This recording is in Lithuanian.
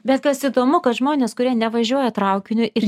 bet kas įdomu kad žmonės kurie nevažiuoja traukiniu ir